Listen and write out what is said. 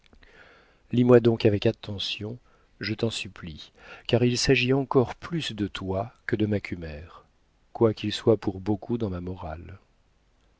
lis-moi donc avec attention je t'en supplie car il s'agit encore plus de toi que de macumer quoiqu'il soit pour beaucoup dans ma morale